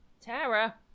Tara